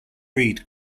read